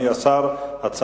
תודה, אדוני היושב-ראש.